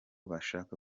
bashaka